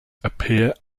appear